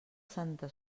santa